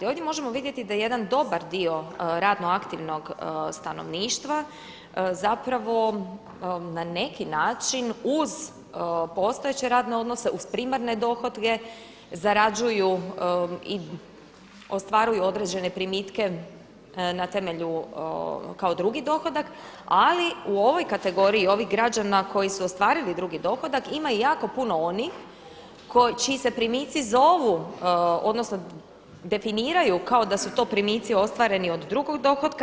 Ovdje možemo vidjeti da jedan dobar dio radno aktivnog stanovništva zapravo na neki način uz postojeće radne odnose, uz primarne dohotke zarađuju i ostvaruju određene primitke na temelju kao drugi dohodak ali u ovoj kategoriji ovih građana koji su ostvarili drugi dohodak ima i jako puno onih čiji se primici zovu odnosno definiraju kao da su to primici ostvareni od drugog dohotka.